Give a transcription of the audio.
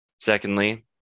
Secondly